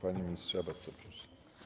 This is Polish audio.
Panie ministrze, bardzo proszę.